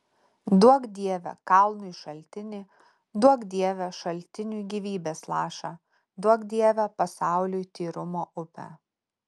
duok dieve kalnui šaltinį duok dieve šaltiniui gyvybės lašą duok dieve pasauliui tyrumo upę